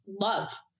love